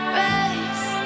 race